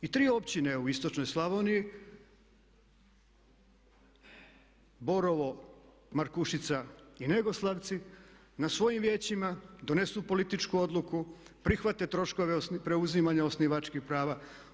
I tri općine u istočnoj Slavoniji Borovo, Markušica i Negoslavci na svojim vijećima donesu političku odluku, prihvate troškove preuzimanja osnivačkih prava.